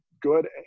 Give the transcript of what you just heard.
good